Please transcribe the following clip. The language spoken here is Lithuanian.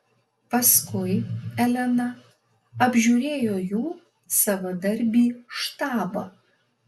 paskui elena apžiūrėjo jų savadarbį štabą